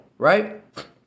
Right